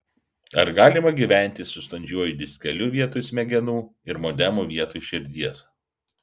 ar galima gyventi su standžiuoju diskeliu vietoj smegenų ir modemu vietoj širdies